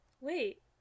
Wait